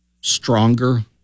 stronger